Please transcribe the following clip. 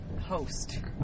host